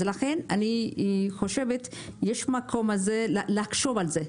ולכן אני חושבת שיש מקום לחשוב על זה.